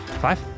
Five